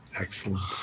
Excellent